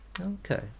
Okay